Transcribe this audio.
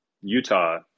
Utah